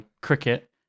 cricket